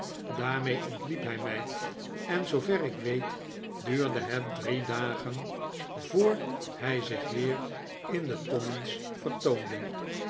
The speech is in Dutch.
daarmee ontliep hij mij en zoover ik weet duurde het drie dagen voor hij zich weer in de commons vertoonde